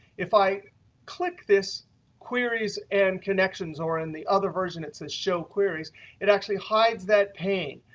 if i click this queries and connections or in the other version it says show queries it actually hides that pane.